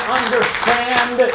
understand